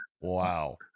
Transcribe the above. Wow